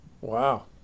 Wow